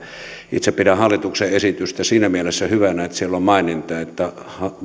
itse pidän hallituksen esitystä siinä mielessä hyvänä että siellä on maininta että